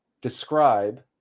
describe